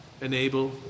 enable